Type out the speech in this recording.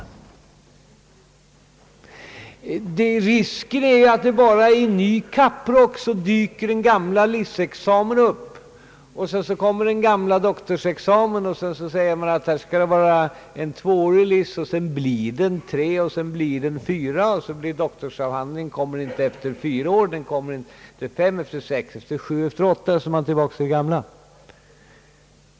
Det uppstår risk för att den gamla licentiatexamen dyker upp igen i ny kapprock, och så kommer den gamla doktorsexamen. Man säger att det skall vara två års studier för licentiatexamen, men sedan blir det tre och så småningom fyra år. Doktorsavhandlingen kommer inte efter fyra år utan efter fem, efter sex, sju eller åtta år, och så är man tillbaka i det gamla.